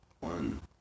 One